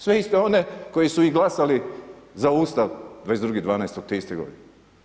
Sve iste one koji su i glasali za Ustav 22.12. te iste godine.